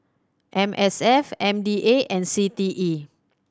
M S F M D A and C T E